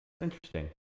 Interesting